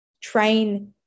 train